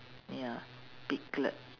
ya piglet